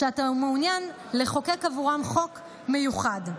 ואתה מעוניין לחוקק עבורם חוק מיוחד.